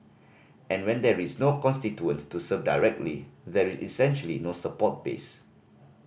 and when there is no constituents to serve directly there is essentially no support base